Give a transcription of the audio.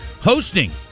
hosting